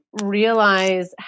realize